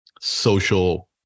social